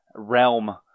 realm